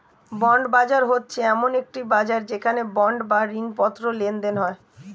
bond বাজার হচ্ছে এমন একটি বাজার যেখানে বন্ড বা ঋণপত্র লেনদেন হয়